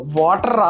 water